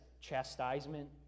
chastisement